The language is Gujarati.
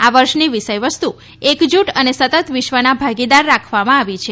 આ વર્ષની વિષય વસ્તુ એકજૂટ અને સતત વિશ્વના ભાગીદાર રાખવામાં આવી છે